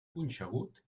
punxegut